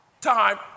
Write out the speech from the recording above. time